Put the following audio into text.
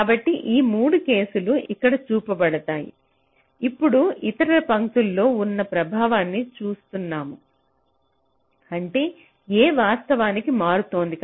కాబట్టి ఈ 3 కేసులు ఇక్కడ చూపించబడ్డాయి ఇప్పుడు ఇతర పంక్తిలో ఉన్న ప్రభావాన్ని చూస్తున్నాను అంటే A వాస్తవానికి మారుతోంది